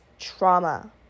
Trauma